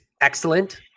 excellent